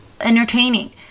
entertaining